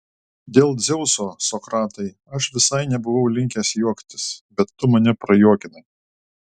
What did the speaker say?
dėl dzeuso sokratai aš visai nebuvau linkęs juoktis bet tu mane prajuokinai